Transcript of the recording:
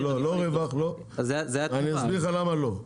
לא לא רווח, אני אסביר לך למה לא.